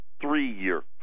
three-year